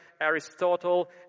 Aristotle